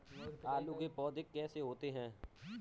आलू के पौधे कैसे होते हैं?